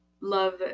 love